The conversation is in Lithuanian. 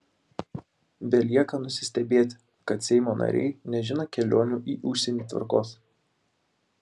belieka nusistebėti kad seimo nariai nežino kelionių į užsienį tvarkos